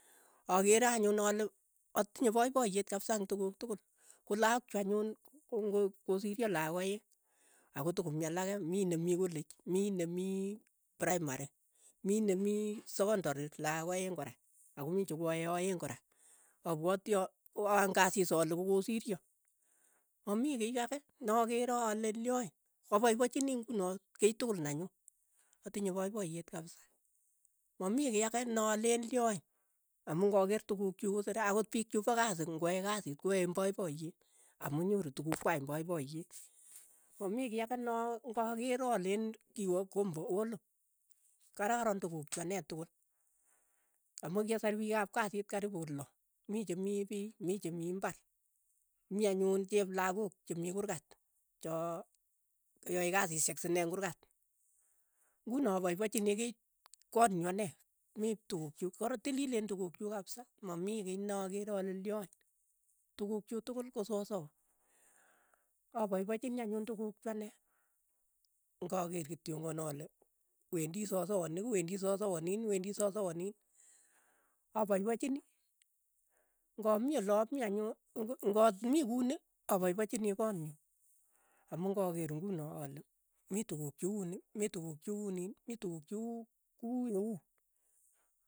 Akere anyun ale atinye poipoyet kapsa eng' tukuk tukul, ko lakok chuuk anyun ko ng'o kosirio laak aeng', akotokomii alake, mii ne mii kolech, mi ne mii praimari, mi ne mii sekondori laak aeng' kora ako mii chekoae aeng' kora, apwati a ng'asis ale kokosirio, ma mii kiy ake ne akere ale lyoin, apaipachini ng'uno kei tukul nenyu, atinye poipoyet kapisa, ma mii kiy ake ne aleen lyoin, amu nga keer tukuuk chuk ko sere, akot piik chuuk pa kasi ng'wae kasit ko aye eng' poipoyeet amu nyoru tukuk kwai eng' poipoyeet, ma mii kiy ake noo ng'akeer aleen kiwa kombo, olo, kararon tukuk chu ane tukul, amu kyasar piik ap kasi karipu lo, mi chemii piy. mi chemii imbar, mi anyun cheplagok che mii kuurkat, cho yae kasishek sine ing kuurkat, ng'uno apaipachini kiy koot nyu ane, mii tukuk chuk, koron tilileen tukuk chu kapisa, ma mii kiy na akeere ale lyon. tukuuk chuk tukul ko sosoo, apaipachini anyun tukuk chu anee, ngakeer kityongon ale wendi sosowo ni wendi sosowo niin wendi sosowo niin wendi sosowo niin, apaipachini, ng'ami ole ami anyun, ng'a mii kuni apaipachini koot nyu, amu ng'akeer ng'uno ale mi tukuuk che uni mi tukuuk che uu niin, mii tukuk che uu ku ye uu.